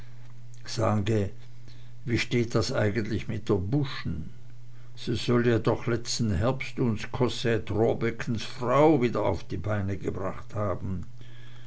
sage wie steht das eigentlich mit der buschen die soll ja doch letzten herbst uns kossät rohrbeckens frau wieder auf die beine gebracht haben